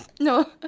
no